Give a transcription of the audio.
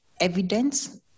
evidence